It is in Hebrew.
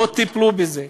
לא טיפלו בזה.